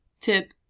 tip